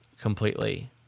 completely